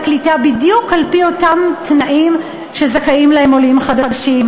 קליטה בדיוק על-פי אותם תנאים שזכאים להם עולים חדשים.